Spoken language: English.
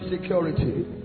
Security